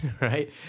right